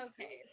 Okay